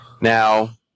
Now